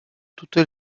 toutes